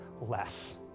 less